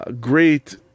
Great